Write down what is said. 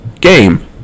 Game